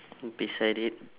beside it